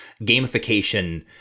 gamification